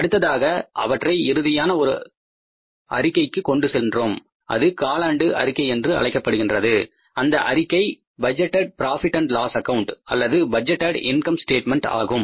அடுத்ததாக அவற்றை இறுதியான ஒரு அறிக்கைக்கு கொண்டு சென்றோம் அது காலாண்டு அறிக்கை என்று அழைக்கப்படுகின்றது அந்த அறிக்கை budgeted profit and loss account அல்லது பட்ஜெட்டேட் இன்கம் ஸ்டேட்மென்ட் ஆகும்